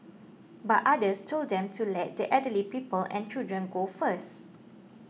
but others told them to let the elderly people and children go first